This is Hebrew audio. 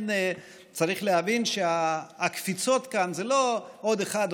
צריך להבין שהקפיצות כאן זה לא עוד אחד,